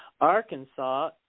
Arkansas